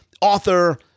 author